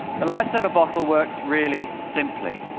the lifesaver bottle works really simply.